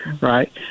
right